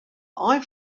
ein